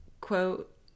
quote